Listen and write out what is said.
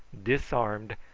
disarmed,